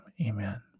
Amen